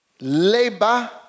Labor